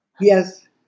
Yes